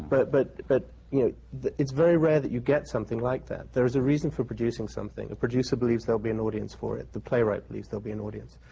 but but but you know, it's very rare that you get something like that. there's a reason for producing something. a producer believes there'll be an audience for it. the playwright believes there'll be an audience.